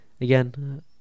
Again